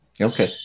Okay